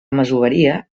masoveria